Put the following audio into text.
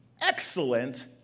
excellent